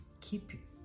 keep